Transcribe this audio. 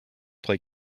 play